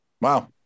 Wow